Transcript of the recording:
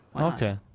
Okay